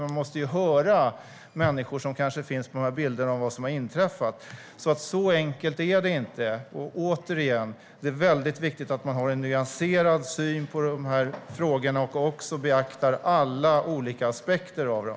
Man måste höra människor som kanske finns på bilderna om vad som har inträffat. Så enkelt är det inte. Återigen: Det är väldigt viktigt att man har en nyanserad syn på dessa frågor och också beaktar alla olika aspekter av dem.